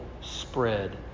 spread